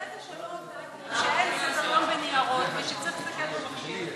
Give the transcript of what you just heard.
ברגע שלא הודעת שאין סדר-יום בניירות ושצריך להסתכל במחשב,